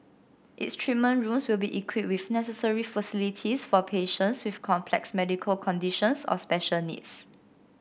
its treatment rooms will be equipped with necessary facilities for patients with complex medical conditions or special needs